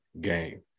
game